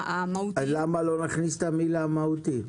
למה לא נכניס את המילה מהותי?